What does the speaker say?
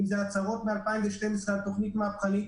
אם זה בהצהרות מ-2012 על תוכנית מהפכנית